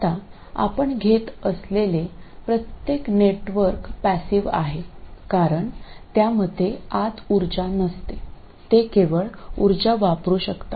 आता आपण घेत असलेले प्रत्येक नेटवर्क पॅसिव आहे कारण त्यामध्ये आत उर्जा नसते ते केवळ उर्जा वापरू शकतात